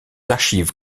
archives